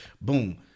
boom